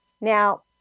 Now